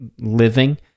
living